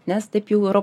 nes taip jau yra